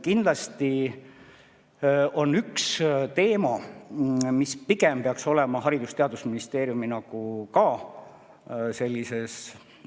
Kindlasti on üks teema, mis pigem peaks olema Haridus‑ ja Teadusministeeriumi sellise,